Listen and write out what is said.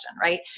right